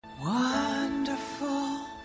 Wonderful